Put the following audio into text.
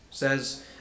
says